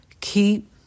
Keep